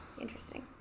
interesting